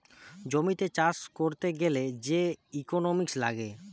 জমিতে চাষ করতে গ্যালে যে ইকোনোমিক্স লাগে